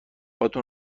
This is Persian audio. هاتون